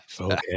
Okay